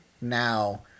now